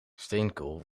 steenkool